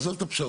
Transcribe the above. עזוב את הפשרות.